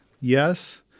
Yes